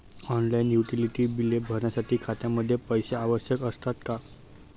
Online utility बिले भरण्यासाठी खात्यामध्ये पैसे आवश्यक असतात का?